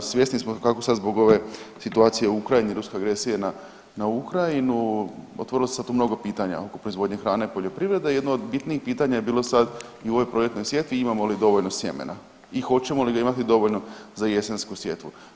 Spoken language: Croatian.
Svjesni smo kako sad zbog ove situacije u Ukrajini i ruske agresije na Ukrajinu otvorila su se sad tu mnoga pitanja oko proizvodnje hrane, poljoprivrede i jedno od bitnijih pitanja je bilo sad i u ovoj proljetnoj sjetvi imamo li dovoljno sjemena i hoćemo li ga imati dovoljno za jesensku sjetvu.